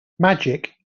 magic